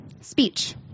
speech